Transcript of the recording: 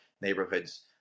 neighborhoods